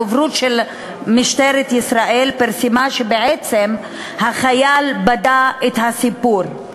הדוברות של משטרת ישראל פרסמה שבעצם החייל בדה את הסיפור.